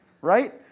right